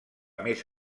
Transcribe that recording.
més